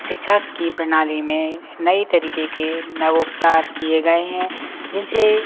शिक्षा की प्रणाली में नए तरीके के नव उपचार किए गए हैं जिनसे